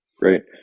great